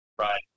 Right